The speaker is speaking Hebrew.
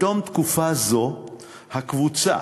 בתום תקופה זו הקבוצה,